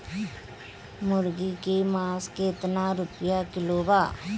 मुर्गी के मांस केतना रुपया किलो बा?